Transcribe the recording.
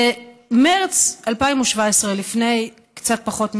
במרס 2017, לפני קצת פחות משנה,